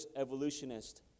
evolutionist